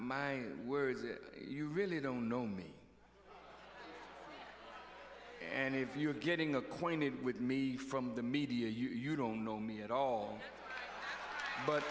my words if you really don't know me and if you are getting acquainted with me from the media you don't know me at all but